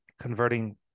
converting